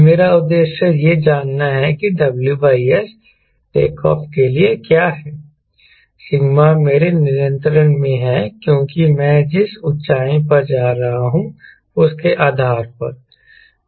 मेरा उद्देश्य यह जानना है कि WS टेक ऑफ के लिए क्या है सिग्मा मेरे नियंत्रण में है क्योंकि मैं जिस ऊंचाई पर जा रहा हूं उसके आधार पर